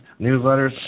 newsletters